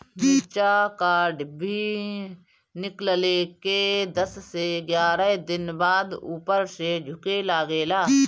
मिरचा क डिभी निकलले के दस से एग्यारह दिन बाद उपर से झुके लागेला?